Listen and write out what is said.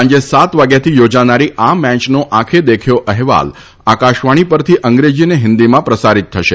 સાંજે સાત વાગ્યાથી યોજાનારી આ મેચનો આંખે દેખ્યો અહેવાલ આકાશવાણી પરથી અંગ્રેજી અને હિંદીમાં પ્રસારિત થશે